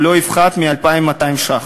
הוא לא יפחת מ-2,200 ש"ח.